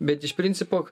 bet iš principo